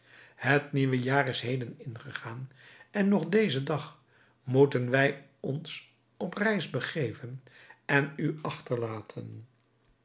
het nieuwe jaar is heden ingegaan en nog dezen dag moeten wij ons op reis begeven en u achterlaten